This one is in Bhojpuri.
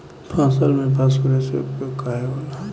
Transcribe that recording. फसल में फास्फोरस के उपयोग काहे होला?